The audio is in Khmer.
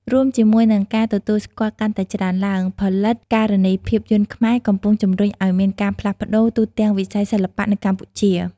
រួមជាមួយនឹងការទទួលស្គាល់កាន់តែច្រើនឡើង ផលិតការនីភាពយន្តខ្មែរកំពុងជំរុញឱ្យមានការផ្លាស់ប្តូរទូទាំងវិស័យសិល្បៈនៅកម្ពុជា។